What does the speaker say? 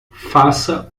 faça